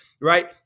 right